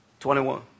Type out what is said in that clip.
21